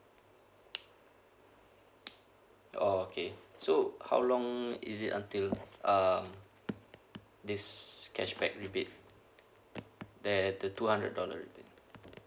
oh okay so how long is it until um this cashback rebate that the two hundred dollar thing